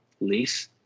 lease